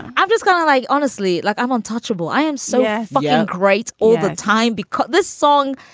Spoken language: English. i've just got to like honestly, like i'm untouchable. i am so yeah yeah great all the time because this song,